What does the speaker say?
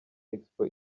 expo